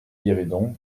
guéridon